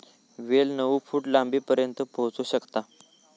वेल नऊ फूट लांबीपर्यंत पोहोचू शकता